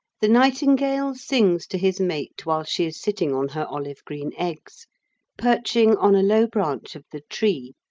the nightingale sings to his mate while she is sitting on her olive-green eggs perching on a low branch of the tree,